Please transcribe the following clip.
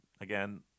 again